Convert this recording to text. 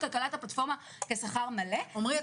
כלכלת הפלטפורמה כשכר מלא --- עמרי,